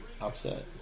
upset